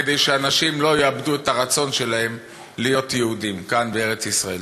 כדי שאנשים לא יאבדו את הרצון שלהם להיות יהודים כאן בארץ-ישראל?